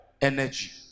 energy